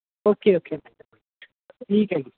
okay okay ਠੀਕ ਹੈ ਜੀ